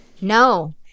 No